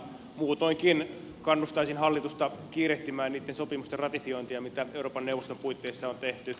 muutoinkin kannustaisin hallitusta kiirehtimään niitten sopimusten ratifiointia mitä euroopan neuvoston puitteissa on tehty